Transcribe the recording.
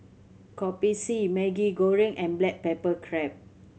Kopi C Maggi Goreng and black pepper crab